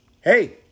Hey